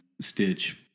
Stitch